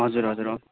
हजुर हजुर हो